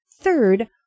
Third